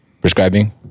prescribing